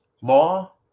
Law